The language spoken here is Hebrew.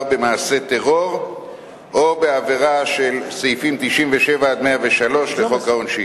במעשה טרור או בעבירה על סעיפים 97 103 לחוק העונשין.